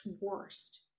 worst